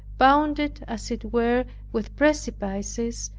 bounded as it were with precipices,